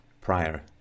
prior